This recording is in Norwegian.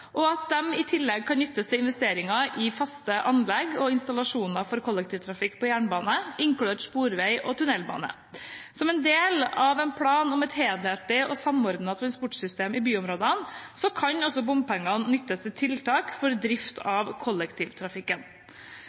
og at de i tillegg kan nyttes til investeringer i faste anlegg og installasjoner for kollektivtrafikk på jernbane, inkludert sporvei og tunnelbane. Som en del av en plan om et helhetlig og samordnet transportsystem i et byområde kan også bompenger nyttes til tiltak for drift av